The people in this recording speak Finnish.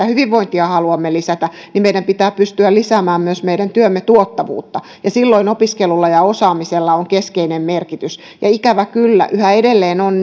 hyvinvointia haluamme lisätä meidän pitää pystyä lisäämään myös meidän työmme tuottavuutta ja silloin opiskelulla ja osaamisella on keskeinen merkitys ikävä kyllä yhä edelleen on